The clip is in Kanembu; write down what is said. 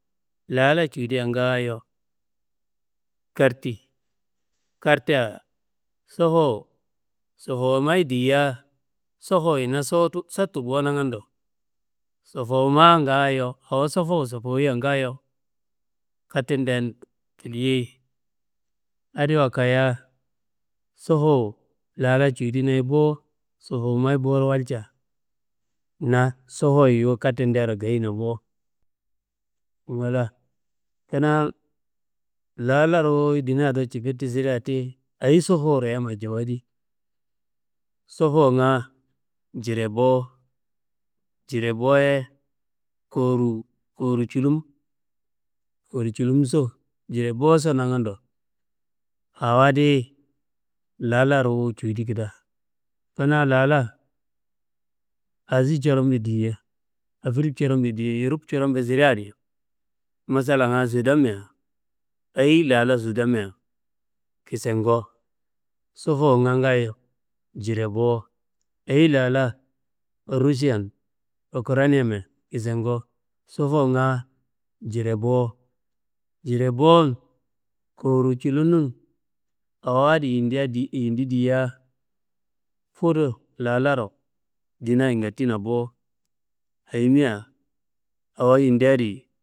Lala cuwudia ngaayo karti, kartea sofowu sofowumayi diaá, sofoyi na sottu bo nangando, sofowuma ngaayo awo sofowu sofoyiya ngaayo katteden tilliyei, adiwa kayiya sofowu lala cuwudi naye bo, sofowumayi boro walca na sofoyi yuwu kattedero ngayina bo. Ngla kanaa lala ruwuyi ndina do cifeti sire ti, ayi sofowuro yamma jawadi? Sofowunga jire bo, jire boye kowuru culum, koruwu culumso, jire boso nangando, awo adiyi lala ruwu cudi keda. Kanaa lala azi curombe di- ye, afrik curombe di- ye, erop curombe sire adi, massalanga sudanmea ayi lala sudanmea kisengo, sofowunga ngaayo jire bo, ayi lala rusian ukraniyembe kisengo, sofowunga jire bo, jire bo- n kowuru culun nun, awo adi indi adi indi dia fudu lalaro ndinayi ngatina bo, ayimia awo indi adi.